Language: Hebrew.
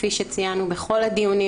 כפי שציינו בכל הדיונים,